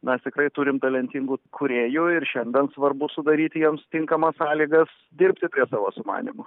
mes tikrai turim talentingų kūrėjų ir šiandien svarbu sudaryti jiems tinkamas sąlygas dirbti prie savo sumanymų